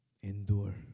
Endure